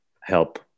help